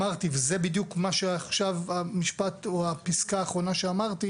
ואמרתי שזה בדיוק המשפט או הפיסקה האחרונה שאמרתי